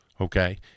Okay